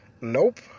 Nope